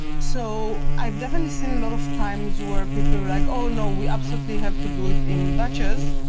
so i've definitely seen a lot of times where people are like, oh, no! we absolutely have to do it in batches,